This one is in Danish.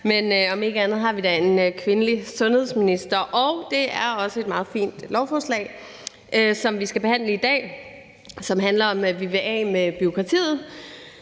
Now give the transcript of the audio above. men om ikke andet har vi en kvindelig sundhedsminister, og det er også et meget fint lovforslag, som vi skal behandle i dag. Det handler om, at vi vil af med bureaukratiet,